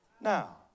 now